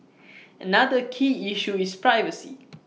another key issue is privacy